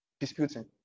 disputing